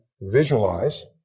visualize